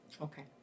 Okay